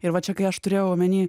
ir va čia kai aš turėjau omeny